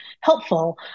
helpful